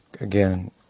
again